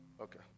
Okay